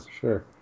sure